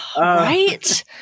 Right